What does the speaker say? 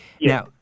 Now